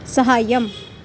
साहाय्यम्